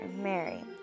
Mary